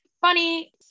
funny